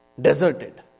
Deserted